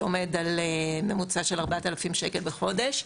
שעומד על ממוצע של 4,000 שקל בחודש,